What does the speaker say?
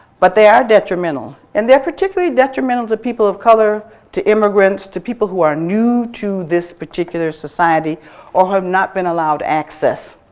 but they are detrimental and they are particularly detrimental to people of color to immigrants, to people who are new to this particular society or who have not been allowed access.